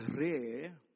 rare